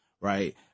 Right